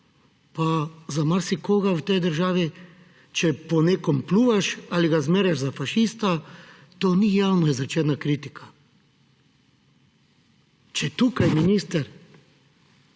pa za marsikoga v tej državi, če po nekom pljuvaš ali ga zmerjaš s fašistom, to ni javno izrečena kritika. Če tukaj minister